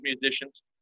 musicians